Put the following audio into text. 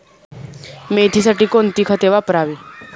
मेथीसाठी कोणती खते वापरावी?